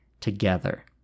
together